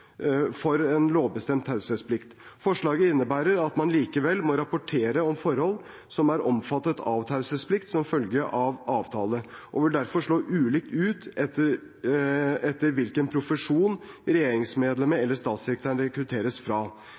for en lovbestemt taushetsplikt. Forslaget innebærer at man likevel må rapportere om forhold som er omfattet av taushetsplikt som følge av avtale, og vil derfor slå ulikt ut etter hvilken profesjon regjeringsmedlemmet eller statssekretæren rekrutteres fra.